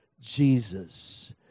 Jesus